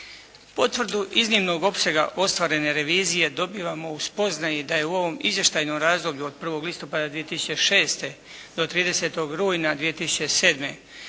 Potvrdu iznimnog opsega ostvarene revizije dobivamo u spoznaji da je u ovom izvještajnom razdoblju od 1. listopada 2006. do 30. rujna 2007.